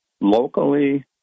locally